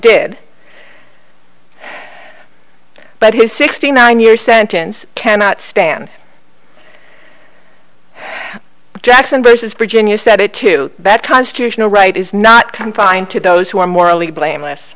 did but he's sixty nine year sentence cannot stand jackson versus virginia said it too that constitutional right is not confined to those who are morally blameless